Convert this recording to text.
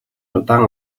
удаан